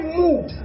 move